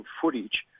footage